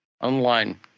online